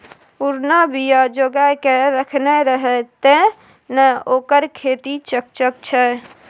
पुरना बीया जोगाकए रखने रहय तें न ओकर खेती चकचक छै